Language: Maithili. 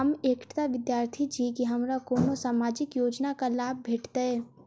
हम एकटा विद्यार्थी छी, की हमरा कोनो सामाजिक योजनाक लाभ भेटतय?